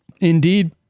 Indeed